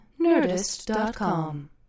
NERDIST.com